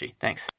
Thanks